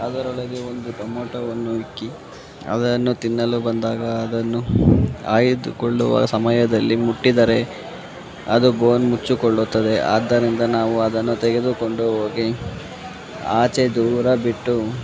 ಅದರೊಳಗೆ ಒಂದು ಟೊಮೊಟೋವನ್ನು ಇಕ್ಕಿ ಅದನ್ನು ತಿನ್ನಲು ಬಂದಾಗ ಅದನ್ನು ಆಯ್ದುಕೊಳ್ಳುವ ಸಮಯದಲ್ಲಿ ಮುಟ್ಟಿದರೆ ಅದು ಬೋನ್ ಮುಚ್ಚಿಕೊಳ್ಳುತ್ತದೆ ಆದ್ದರಿಂದ ನಾವು ಅದನ್ನು ತೆಗೆದುಕೊಂಡು ಹೋಗಿ ಆಚೆ ದೂರ ಬಿಟ್ಟು